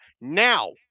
now